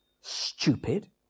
stupid